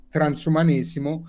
transumanesimo